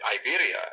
Iberia